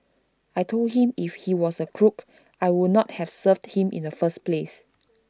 I Told him if he was A crook I would not have served him in the first place